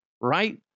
right